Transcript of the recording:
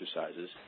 exercises